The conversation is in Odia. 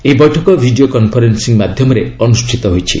ଏହି ବୈଠକ ଭିଡ଼ିଓ କନ୍ଫରେନ୍ସିଂ ମାଧ୍ୟମରେ ଅନୁଷ୍ଠିତ ହୋଇଛି